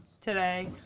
today